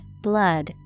blood